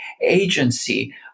agency